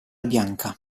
bianca